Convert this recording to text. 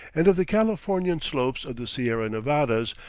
and of the californian slopes of the sierra nevadas,